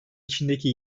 içindeki